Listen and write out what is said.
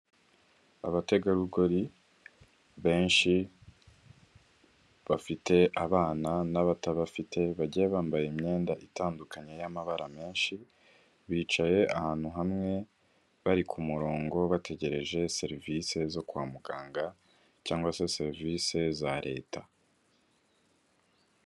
Abategarugori benshi bafite abana n'abatabafite bagiye bambaye imyenda itandukanye y'amabara menshi, bicaye ahantu hamwe bari ku murongo, bategereje serivisi zo kwa muganga cyangwa se serivisi za leta.